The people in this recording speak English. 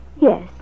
Yes